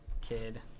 kid